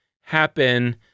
happen